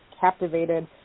captivated